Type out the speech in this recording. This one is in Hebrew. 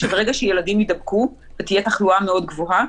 ברגע שילדים יידבקו ותהיה תחלואה מאוד גבוהה,